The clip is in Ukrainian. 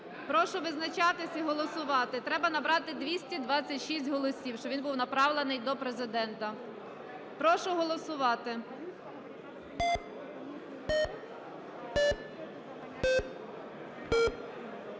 Прошу визначатись і голосувати. Треба набрати 226 голосів, щоб він був направлений до Президента. Прошу голосувати.